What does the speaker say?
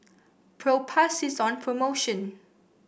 Propass is on promotion